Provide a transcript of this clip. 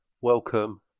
welcome